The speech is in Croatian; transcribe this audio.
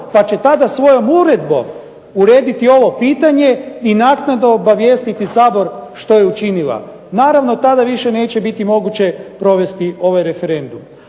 pa će tada svojom uredbom urediti ovo pitanje i naknadno obavijestiti Sabor što je učinila. Naravno tada više neće biti moguće provesti ovaj referendum.